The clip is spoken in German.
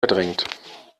verdrängt